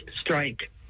strike